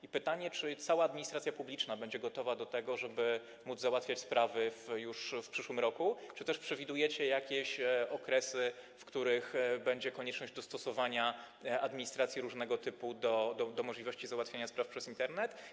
I pytanie: Czy cała administracja publiczna będzie gotowa do tego, żeby można było załatwiać sprawy już w przyszłym roku, czy też przewidujecie jakieś okresy, w których będzie konieczność dostosowania administracji różnego typu do możliwości załatwiania spraw przez Internet?